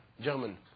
German